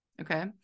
okay